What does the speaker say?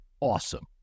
awesome